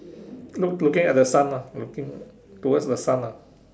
look~ looking at the sun ah looking towards the sun ah